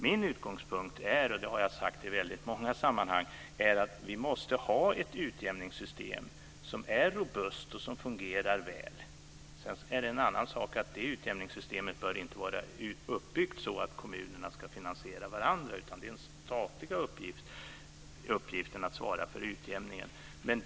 Min utgångspunkt är - det har jag sagt i väldigt många sammanhang - att vi måste ha ett utjämningssystem som är robust och som fungerar väl. Det är en annan sak att det utjämningssystemet inte bör vara uppbyggt så att kommunerna ska finansiera varandra, utan uppgiften att svara för utjämningen är statlig.